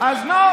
אז למה